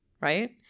right